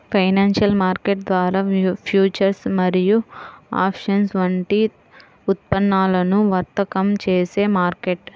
financial market ద్వారా futures మరియు options వంటి ఉత్పన్నాలను వర్తకం చేసే మార్కెట్